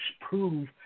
prove